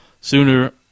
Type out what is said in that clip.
sooner